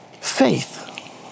faith